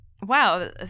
Wow